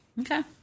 Okay